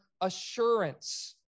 assurance